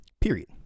period